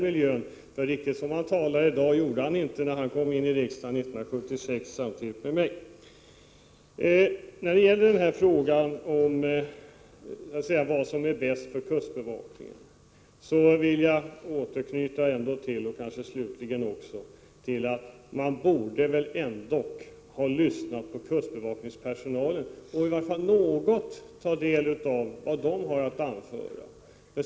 Han talar nu inte riktigt på samma sätt som han gjorde när han kom in i riksdagen 1976, samtidigt med mig. I frågan om vad som är bäst för kustbevakningen vill jag slutligen upprepa att man väl ändå borde ha lyssnat på vad kustbevakningspersonalen har att anföra.